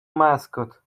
mascot